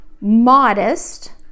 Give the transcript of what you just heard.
modest